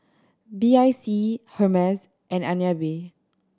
B I C Hermes and B